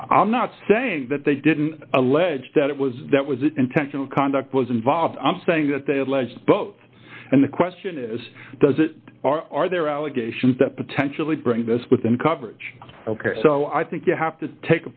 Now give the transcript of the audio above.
i'm not saying that they didn't allege that it was that was it intentional conduct was involved i'm saying that they alleged both and the question is does it or are there allegations that potentially bring this within coverage ok so i think you have to take a